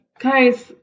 Guys